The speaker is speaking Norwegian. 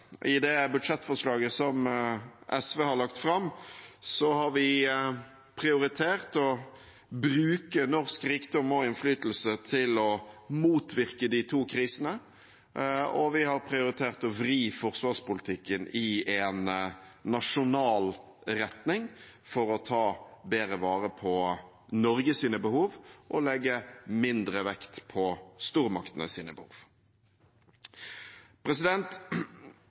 I det budsjettforslaget som SV har lagt fram, har vi prioritert å bruke norsk rikdom og innflytelse til å motvirke de to krisene, og vi har prioritert å vri forsvarspolitikken i en nasjonal retning for å ta bedre vare på Norges behov og legge mindre vekt på stormaktenes behov.